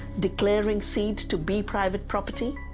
declaring seeds to be private property